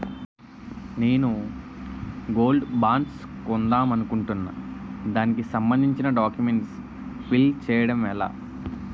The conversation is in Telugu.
నేను గోల్డ్ బాండ్స్ కొందాం అనుకుంటున్నా దానికి సంబందించిన డాక్యుమెంట్స్ ఫిల్ చేయడం ఎలా?